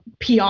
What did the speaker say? PR